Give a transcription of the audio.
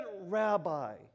rabbi